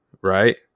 right